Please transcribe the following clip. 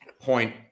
point